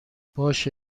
باشه